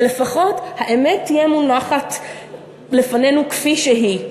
שלפחות האמת תהיה מונחת לפנינו כפי שהיא: